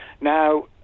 Now